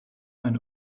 men